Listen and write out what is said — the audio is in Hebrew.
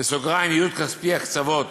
(ייעוד כספי הקצבות